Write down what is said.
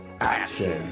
Action